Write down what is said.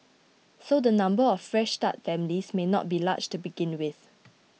so the number of Fresh Start families may not be large to begin with